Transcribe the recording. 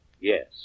Yes